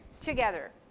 together